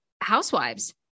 Housewives